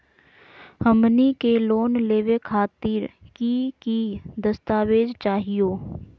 हमनी के लोन लेवे खातीर की की दस्तावेज चाहीयो?